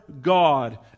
God